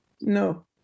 No